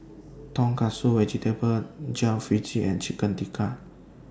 Tonkatsu Vegetable Jalfrezi and Chicken Tikka